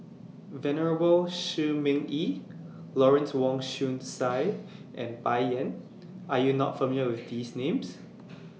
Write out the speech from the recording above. Venerable Shi Ming Yi Lawrence Wong Shyun Tsai and Bai Yan Are YOU not familiar with These Names